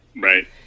Right